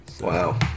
Wow